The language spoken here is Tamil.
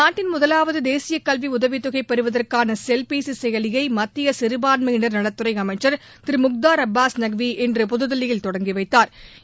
நாட்டின் முதலாவது தேசிய கல்வி உதவித்தொகை பெறுவதற்கான செல்பேசி செயலியை மத்திய சிறுபான்மையினா் நலத்துறை அமைச்சா் திரு முக்தாா் அபாஸ் நக்வி இன்று புதுதில்லியில் தொடங்கி வைத்தாா்